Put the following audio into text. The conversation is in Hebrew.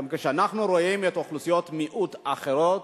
גם כשאנחנו רואים אוכלוסיות מיעוט אחרות,